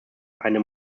eine